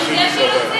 תקציב.